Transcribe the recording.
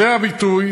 זה הביטוי